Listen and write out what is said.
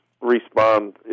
respond